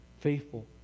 faithful